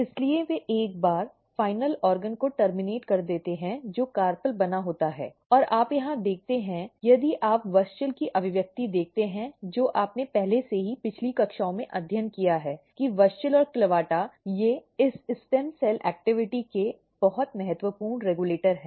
इसलिए वे एक बार फाइनल ऑर्गन को टर्मिनेट कर देते हैं जो कार्पेल बना होता है और आप यहां देखते हैं यदि आप WUSCHEL की अभिव्यक्ति देखते हैं जो आपने पहले से ही पिछली कक्षाओं में अध्ययन किया है कि WUSCHEL और CLAVATA ये इस स्टेम सेल गतिविधि के बहुत महत्वपूर्ण रेगुलेटर हैं